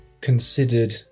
considered